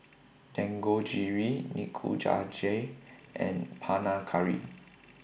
Dangojiru and Panang Curry